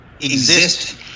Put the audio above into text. exist